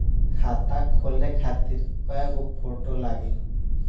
खाता खोले खातिर कय गो फोटो लागी?